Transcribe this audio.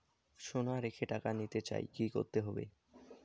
সোনা রেখে টাকা নিতে চাই কি করতে হবে?